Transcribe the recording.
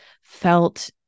felt